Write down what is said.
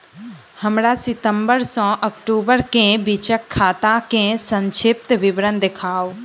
हमरा सितम्बर सँ अक्टूबर केँ बीचक खाता केँ संक्षिप्त विवरण देखाऊ?